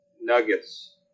Nuggets